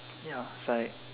ya it's like